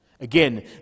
Again